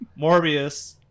Morbius